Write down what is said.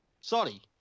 Sorry